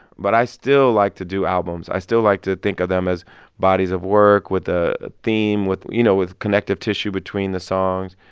but i still like to do albums. i still like to think of them as bodies of work with a theme, with you know, with connective tissue between the songs.